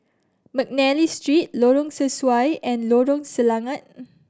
McNally Street Lorong Sesuai and Lorong Selangat